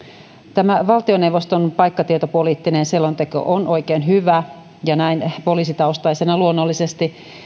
tämä valtioneuvoston paikkatietopoliittinen selonteko on oikein hyvä ja näin poliisitaustaisena luonnollisesti